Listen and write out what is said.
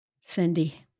Cindy